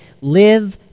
live